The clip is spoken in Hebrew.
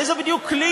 איזה כלי